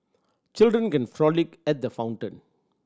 children can frolic at the fountain